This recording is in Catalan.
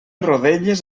rodelles